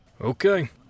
Okay